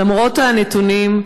למרות הנתונים,